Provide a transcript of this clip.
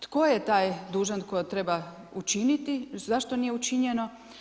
Tko je taj dužan, tko treba učiniti, zašto nije učinjeno?